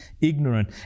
ignorant